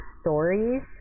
stories